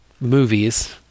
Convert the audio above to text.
movies